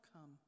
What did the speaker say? come